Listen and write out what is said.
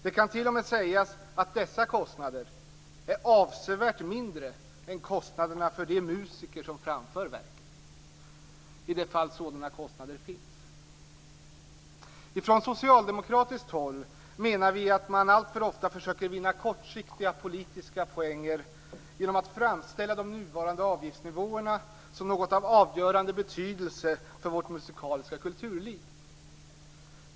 Det kan t.o.m. sägas att dessa kostnader är avsevärt mindre än kostnaderna för de musiker som framför verken, i de fall sådana kostnader finns. Ifrån socialdemokratiskt håll menar vi att man alltför ofta försöker vinna kortsiktiga politiska poäng genom att framställa de nuvarande avgiftsnivåerna som av avgörande betydelse för vårt musikaliska kulturliv.